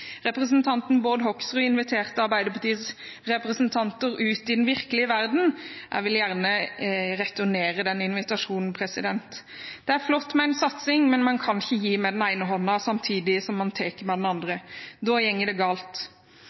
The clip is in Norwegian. Representanten Bård Hoksrud inviterte Arbeiderpartiets representanter ut i den virkelige verden. Jeg vil gjerne returnere invitasjonen. Det er flott med satsing, men man kan ikke gi med den ene hånden samtidig som man tar med den andre. Da går det galt.